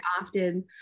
often